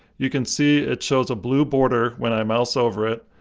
you can see it shows a blue border when i mouse over it.